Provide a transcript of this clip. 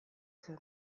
zen